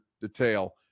detail